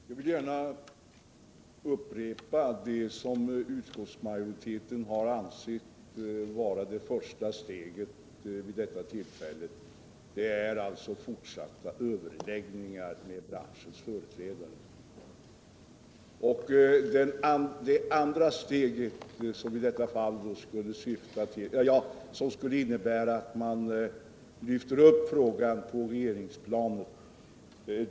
Herr talman! Jag vill gärna upprepa vad utskottsmajoriteten ansett vara det första steget i frågan, dvs. fortsatta överläggningar med branschens företrädare. Det andra steget skulle innebära att frågan lyfts upp på regeringsplanet.